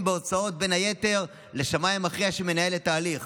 בהוצאות בין היתר לשמאי המכריע שמנהל את ההליך.